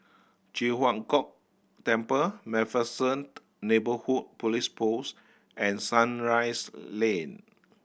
Ji Huang Kok Temple Macpherson Neighbourhood Police Post and Sunrise Lane